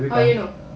how you know